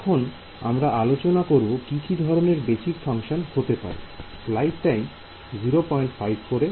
এখন আমরা আলোচনা করব কি কি ধরনের বেসিক ফাংশন হতে পারে